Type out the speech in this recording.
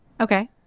Okay